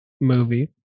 movie